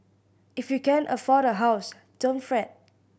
if you can't afford a house don't fret